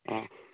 ꯑꯥ